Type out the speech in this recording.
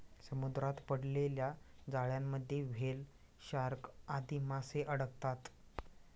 समुद्रात पडलेल्या जाळ्यांमध्ये व्हेल, शार्क आदी माशे अडकतात